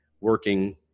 working